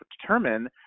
determine